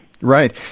Right